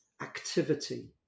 activity